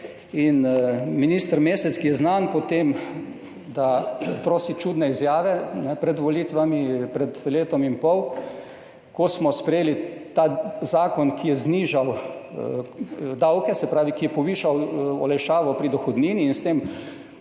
in minister Mesec, ki je znan po tem, da trosi čudne izjave pred volitvami, pred letom in pol, lani, ko smo sprejeli ta zakon, ki je znižal davke, ki je povišal olajšavo pri dohodnini in s tem